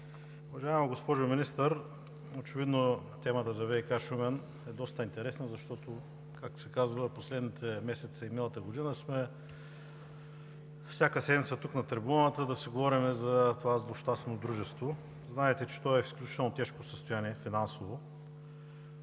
Уважаема госпожо Министър, очевидно темата за ВиК – Шумен, е доста интересна, защото, както се казва, последните месеци от миналата година сме всяка седмица тук, на трибуната, за да си говорим за това злощастно дружество. Знаете, че то е в изключително тежко финансово